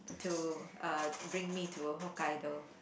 to uh bring me to Hokkaido